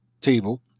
table